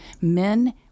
men